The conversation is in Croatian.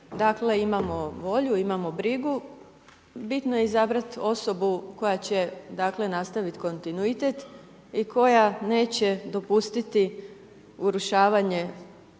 dakle, imamo volju, imamo brigu. Bitno je izabrati osobu, koja će, dakle, nastaviti kontinuitet i koja neće dopustiti urušavanje